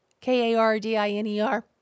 K-A-R-D-I-N-E-R